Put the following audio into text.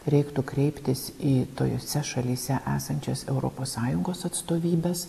reiktų kreiptis į tose šalyse esančias europos sąjungos atstovybes